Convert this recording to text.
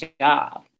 job